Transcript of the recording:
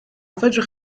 fedrwch